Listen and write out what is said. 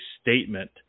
statement